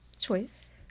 choice